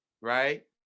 right